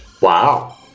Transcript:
Wow